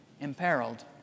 imperiled